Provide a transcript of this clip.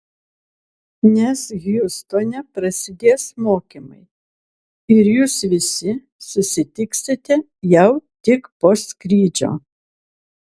nes hjustone prasidės mokymai ir jūs visi susitiksite jau tik po skrydžio